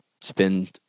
spend